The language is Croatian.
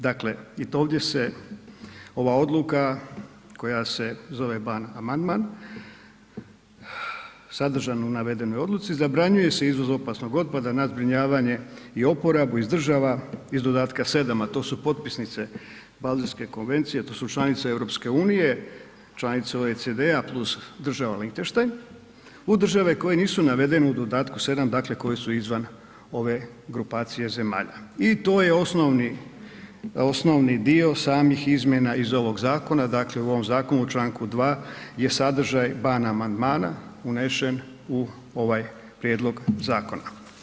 Dakle, i to ovdje se ova odluka koja se zove ban amandman sadržano u navedenoj odluci, zabranjuje se izvoz opasnog otpada na zbrinjavanje i oporabu iz država iz dodatka 7, a to su potpisnice Baselske konvencije, to su članice EU, članice OECD-a + država Lihtenstein, u države koje nisu navedene u dodatku 7, dakle, koje su izvan ove grupacije zemalja i to je osnovni dio samih izmjena iz ovog zakona, dakle, u ovom zakonu u čl. 2. je sadržaj ban amandmana unesen u ovaj prijedlog zakona.